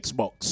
Xbox